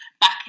back